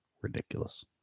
ridiculous